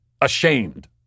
ashamed